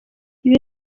ibi